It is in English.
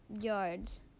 yards